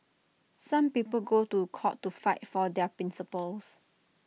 some people go to court to fight for their principles